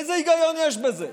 איזה היגיון יש בזה?